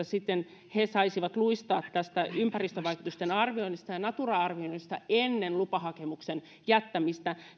sitten he saisivat luistaa tästä ympäristövaikutusten arvioinnista ja natura arvioinnista ennen lupahakemuksen jättämistä